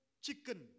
chicken